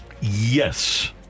Yes